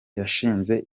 yashinze